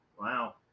Wow